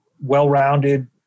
well-rounded